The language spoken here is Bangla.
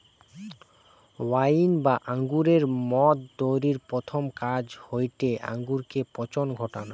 ওয়াইন বা আঙুরের মদ তৈরির প্রথম কাজ হয়টে আঙুরে পচন ঘটানা